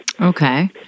Okay